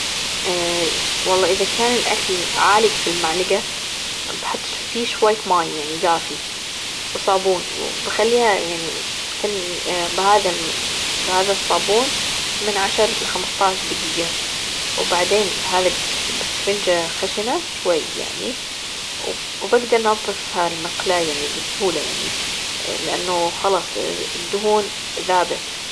اه والله إذا كان الأكل عالج في المعلقة بأحط فيه شوية ماي يعني دافي وصابون وبأخليها يعني بهذا بهذا الصابون من عشر لخمسطاش دجيجة وبعدين هذا بإسفنجة خشنة شوي يعني وبأقدرأنظفها المقلاية بسهولة يعني لأنه خلاص الدهون ذابت.